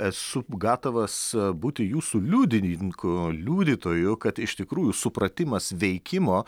esu gatavas būti jūsų liudininku liudytoju kad iš tikrųjų supratimas veikimo